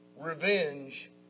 revenge